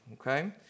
Okay